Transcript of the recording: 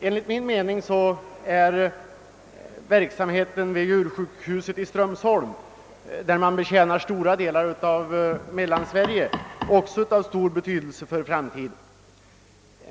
Enligt min mening är verksamheten vid djursjukhuset i Strömsholm, där man betjänar stora delar av Mellansverige, också av stor betydelse för framtiden.